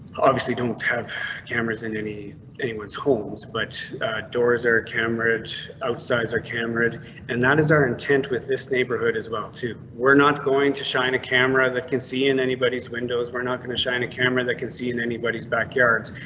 obviously don't have cameras in any anyone's homes, but doors are kamraj outside your camera and that is our intent with this neighborhood as well. to we're not going to shine a camera that can see in anybody's windows were not going to shine a camera that can see in anybody's backyards.